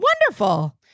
Wonderful